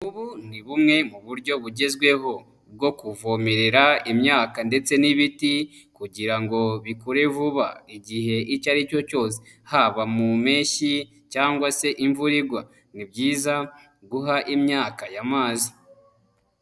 Ubu ni bumwe mu buryo bugezweho bwo kuvomerera imyaka ndetse n'ibiti kugira ngo bikure vuba igihe icyo ari cyo cyose, haba mu mpeshyi cyangwa se imvura igwa. Ni byiza guha imyaka aya mazi.